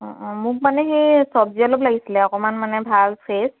অঁ অঁ মোক মানে হেৰি চব্জি অলপ লাগিছিলে অকণমান মানে ভাল ফ্ৰেছ